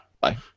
Bye